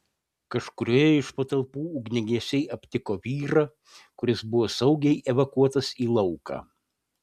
kažkurioje iš patalpų ugniagesiai aptiko vyrą kuris buvo saugiai evakuotas į lauką